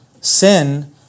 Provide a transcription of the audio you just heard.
sin